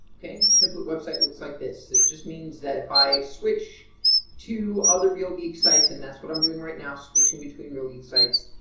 okay. template websites looks like this. it just means that if i switch to other real geek sites and that's what i'm doing right now switching between really sites.